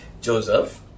Joseph